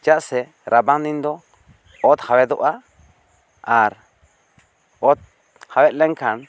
ᱪᱮᱫᱟᱜ ᱥᱮ ᱨᱟᱵᱟᱝ ᱫᱤᱱ ᱫᱚ ᱚᱛ ᱦᱟᱣᱮᱫᱚᱜᱼᱟ ᱟᱨ ᱚᱛ ᱦᱟᱣᱮᱫ ᱞᱮᱱ ᱠᱷᱟᱱ